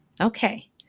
Okay